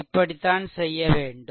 இப்படி தான் செய்ய வேண்டும்